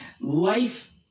life